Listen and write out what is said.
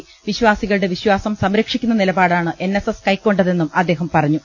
വൃശ്വാസികളുടെ വിശ്വാസം സംരക്ഷിക്കുന്ന നിലപാടാണ് എൻ എസ് എസ് കൈക്കൊണ്ടതെന്നും അദ്ദേഹം പറഞ്ഞു